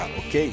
ok